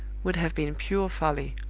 would have been pure folly.